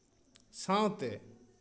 ᱥᱟᱶᱛᱮ